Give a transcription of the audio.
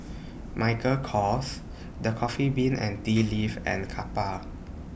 Michael Kors The Coffee Bean and Tea Leaf and Kappa